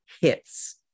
hits